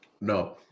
No